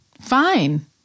fine